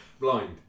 Blind